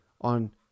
on